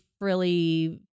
frilly